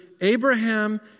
Abraham